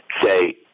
say